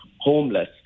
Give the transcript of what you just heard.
homeless